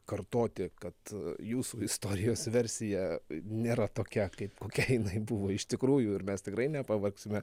kartoti kad jūsų istorijos versija nėra tokia kaip kokia jinai buvo iš tikrųjų ir mes tikrai nepavargsime